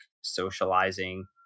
socializing